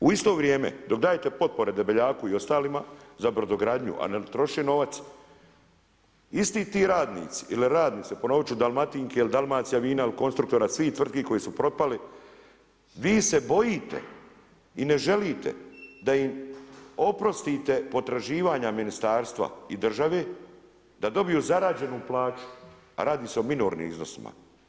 U isto vrijeme dok dajete potpore Debeljaku i ostalima za brodogradnju, a ne troše novac, isti ti radnici ili radnice, ponovit ću Dalmatinke ili Dalmacija vina ili Konstruktora, svih tvrtki koje su propale, vi se bojite i ne želite da im oprostite potraživanja ministarstva i države da dobiju zarađenu plaću, a radi se o minornim iznosima.